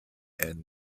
and